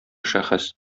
шәхес